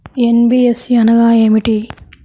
NBFC అనగా ఏమిటీ?